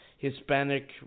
Hispanic